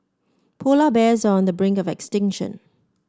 polar bears are on the brink of extinction